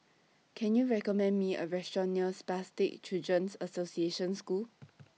Can YOU recommend Me A Restaurant near Spastic Children's Association School